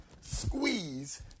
Squeeze